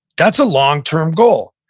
that's a long term goal.